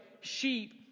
sheep